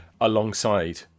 alongside